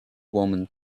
woman